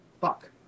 fuck